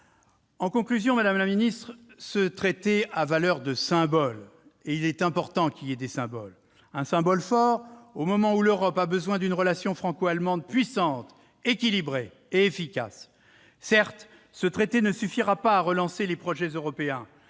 En conclusion, madame la secrétaire d'État, ce traité a valeur de symbole-et les symboles sont importants. C'est un symbole fort, au moment où l'Europe a besoin d'une relation franco-allemande puissante, équilibrée et efficace. Certes, ce traité ne suffira pas à relancer les projets européens